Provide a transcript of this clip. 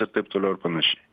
ir taip toliau ir panašiai